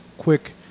quick